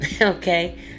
okay